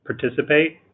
participate